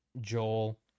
Joel